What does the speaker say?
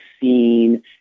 seen